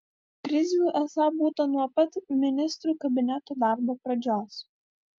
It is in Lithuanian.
krizių esą būta nuo pat ministrų kabineto darbo pradžios